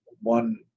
one